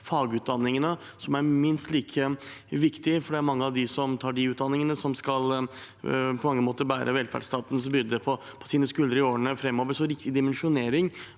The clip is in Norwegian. fagutdanningene, som er minst like viktige. Mange av dem som tar de utdanningene, skal på mange måter bære velferdsstatens byrder på sine skuldre i årene framover, slik at riktig dimensjonering